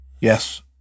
Yes